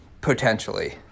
potentially